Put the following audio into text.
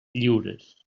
lliures